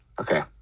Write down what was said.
Okay